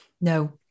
No